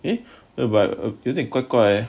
eh but 有点怪怪